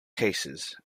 cases